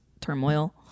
turmoil